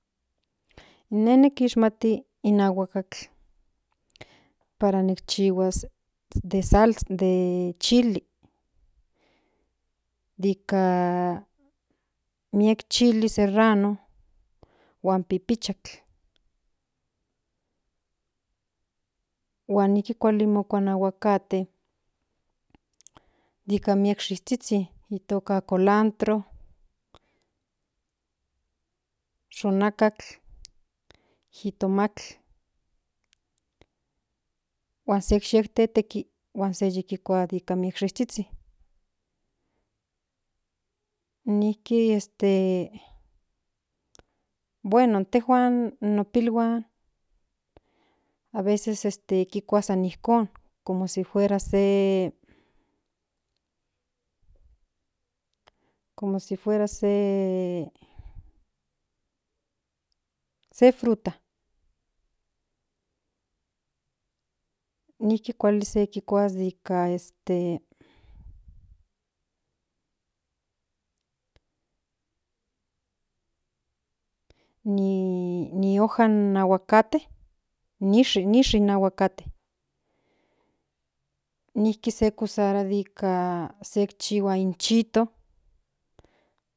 Ine nikishmati in aguakatl para tikchihuas de sals de chili de ika miek chili serrano huan pipicakl huan nijki kualia kua in aguakate nka miek shishizhizhin itoka itoka colantro xonakatl jitomatl huan se ye teteki huan se yikua in shisuizhin nijki nijki den de bueno intejuan no pilhuan aveces este tikua san nijkon como si fuera se se se fruta nijki kuali nika se ni hoja ni aguacate ni ishi ni ishi in aguakate nijki usarua para chihuas in chito.